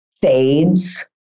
fades